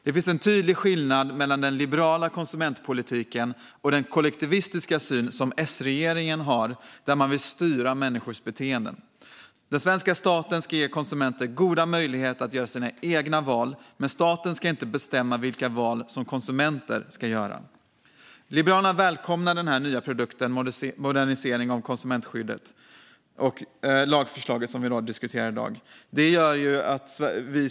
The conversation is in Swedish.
Det finns en tydlig skillnad mellan den liberala konsumentpolitiken och den kollektivistiska syn som S-regeringen har, där man vill styra människors beteenden. Den svenska staten ska ge konsumenter goda möjligheter att göra sina egna val, men staten ska inte bestämma vilka val som konsumenter ska göra. Liberalerna välkomnar den nya produkten Ett moderniserat konsumentskydd och lagförslaget vi diskuterar i dag.